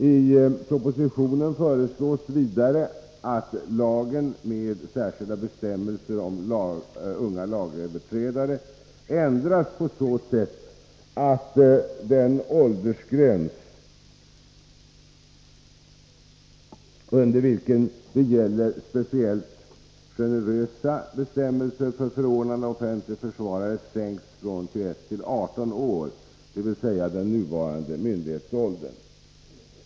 I propositionen föreslås vidare att lagen med särskilda bestämmelser om unga lagöverträdare ändras på så sätt att den åldersgräns under vilken det gäller speciellt generöså bestämmelser för förordnande av offentlig försvarare sänks från 21 till 18 år, dvs. den nuvarande myndighetsåldern.